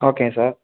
okay sir